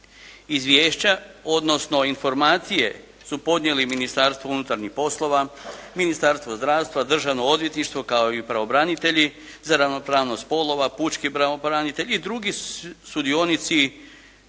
Izvješća, odnosno informacije su podnijeli Ministarstvo unutarnjih poslova, Ministarstvo zdravstva, Državno odvjetništvo kao i pravobranitelji za ravnopravnost spolova, pučki pravobranitelj i drugi sudionici